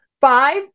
five